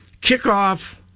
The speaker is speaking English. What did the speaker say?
kickoff